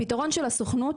הפתרון של הסוכנות,